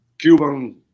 Cuban